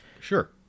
Sure